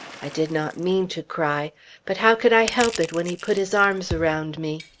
i did not mean to cry but how could i help it when he put his arms around me.